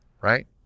right